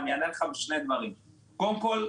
קודם כול,